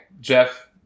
Jeff